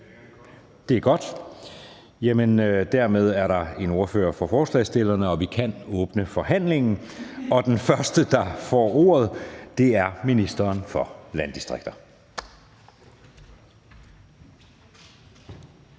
der har nu meldt sig en som ordfører for forslagsstillerne, og vi kan åbne forhandlingen. Den første, der får ordet, er ministeren for landdistrikter.